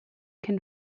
can